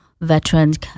veterans